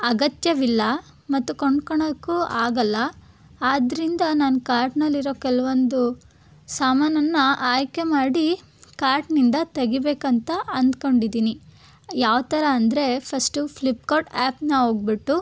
ಅಗತ್ಯವಿಲ್ಲ ಮತ್ತು ಕೊಂಡ್ಕೊಳಕ್ಕೂ ಆಗೋಲ್ಲ ಆದ್ದರಿಂದ ನಾನು ಕಾರ್ಟ್ನಲ್ಲಿರೋ ಕೆಲವೊಂದು ಸಾಮಾನನ್ನು ಆಯ್ಕೆ ಮಾಡಿ ಕಾರ್ಟ್ನಿಂದ ತೆಗಿಬೇಕಂತ ಅನ್ಕೊಂಡಿದ್ದೀನಿ ಯಾವ ಥರ ಅಂದರೆ ಫಸ್ಟು ಫ್ಲಿಪ್ಕಾರ್ಟ್ ಆ್ಯಪನ್ನ ಹೋಗ್ಬಿಟ್ಟು